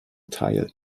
teil